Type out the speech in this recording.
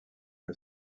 que